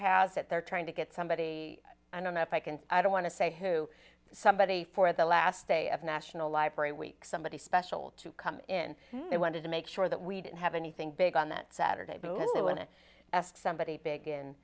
has it they're trying to get somebody i don't know if i can i don't want to say who somebody for the last day of national library week somebody special to come in they wanted to make sure that we didn't have anything big on that saturday boot when it asks somebody big